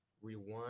Rewind